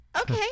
okay